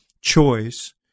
choice